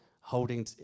holding